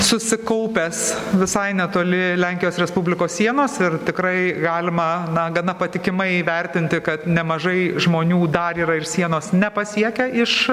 susikaupęs visai netoli lenkijos respublikos sienos ir tikrai galima na gana patikimai įvertinti kad nemažai žmonių dar yra ir sienos nepasiekę iš